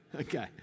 Okay